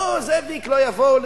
לא, זאביק, לא יבואו.